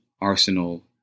Arsenal